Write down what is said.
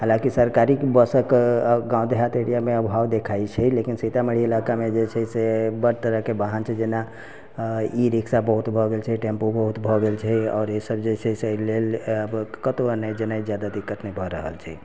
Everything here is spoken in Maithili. हाँलाकि सरकारी बसक गाँव देहात एरियामे अभाव देखाइ छै लेकिन सीतामढ़ी इलाकामे जेछै से बड्ड तरहके वाहन छै जेना ई रिक्शा बहुत भऽ गेल छै टेम्पू बहुत भऽ गेल छै आओर ईसभ जेछै से एहि लेल कतऊ एनाइ जेनाइ जादा दिक्कत नहि भऽ रहल छै